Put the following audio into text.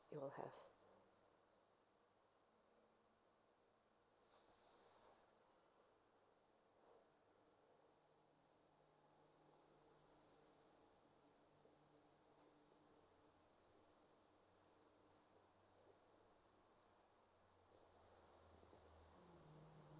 you all have